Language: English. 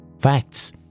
Facts